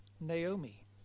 Naomi